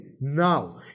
now